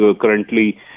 currently